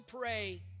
pray